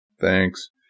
Thanks